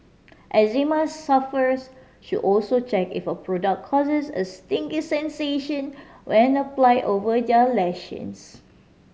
eczema sufferers should also check if a product causes a stinging sensation when applied over their lesions